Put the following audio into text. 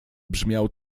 brzmiał